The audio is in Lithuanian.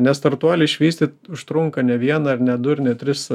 nes startuolį išvystyt užtrunka ne vieną ir ne du ir ne tris